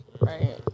Right